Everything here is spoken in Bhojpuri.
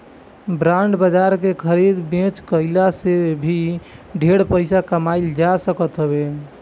बांड बाजार के खरीद बेच कई के भी ढेर पईसा कमाईल जा सकत हवे